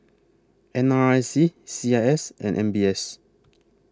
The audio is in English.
N R I C C I S and M B S